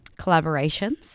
collaborations